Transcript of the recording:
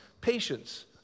patience